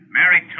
Mary